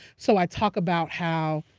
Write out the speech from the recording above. so i talk about how.